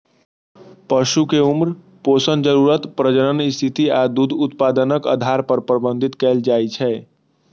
पशु कें उम्र, पोषण जरूरत, प्रजनन स्थिति आ दूध उत्पादनक आधार पर प्रबंधित कैल जाइ छै